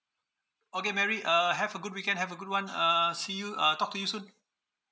okay mary uh have a good weekend have a good one uh see you uh talk to you soon